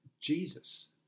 Jesus